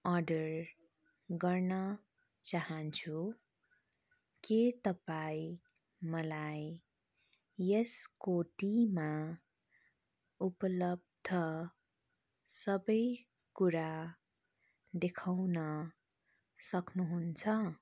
order गर्न चाहन्छु के तपाईँ मलाई यस कोटीमा उपलब्ध सबै कुरा देखाउन सक्नुहुन्छ